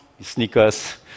sneakers